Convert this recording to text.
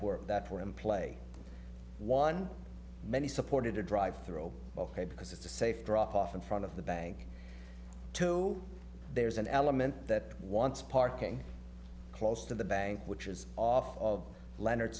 were that for him play one many supported a drive through ok because it's a safe dropoff in front of the bank to there's an element that wants parking close to the bank which is off of leonard